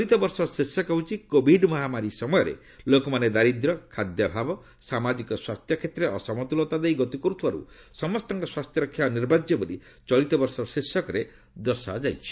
ଚଳିତବର୍ଷ ଶୀର୍ଷକ ହେଉଛି କୋଭିଡ ମହାମାରୀ ସମୟରେ ଲୋକମାନେ ଦାରିଦ୍ର୍ୟ ଖାଦ୍ୟାଭାବ ସାମାଜିକ ସ୍ୱାସ୍ଥ୍ୟ କ୍ଷେତ୍ରରେ ଅସମତୁଲତା ଦେଇ ଗତି କରୁଥିବାରୁ ସମସ୍ତଙ୍କ ସ୍ୱାସ୍ଥ୍ୟ ରକ୍ଷା ଅନିବାର୍ଯ୍ୟ ବୋଲି ଚଳିତବର୍ଷର ଶୀର୍ଷକ ଦର୍ଶାଯାଇଛି